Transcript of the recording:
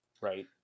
right